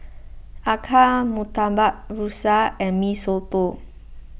Acar Murtabak Rusa and Mee Soto